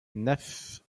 neuf